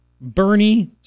Bernie